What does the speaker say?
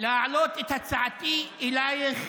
להעלות את הצעתי אלייך: